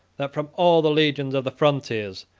that from all the legions of the frontiers,